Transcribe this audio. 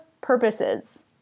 purposes